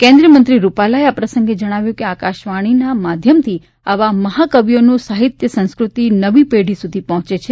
કેન્દ્રીય મંત્રી રૂપાલાએ આ પ્રસંગે જણાવ્યું કે આકાશવાણીના માધ્યમથી આવા મહાકવિઓનું સાહિત્ય સંસ્કૃતિ નવી પેઢી સુધી પહોંચે છે